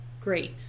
great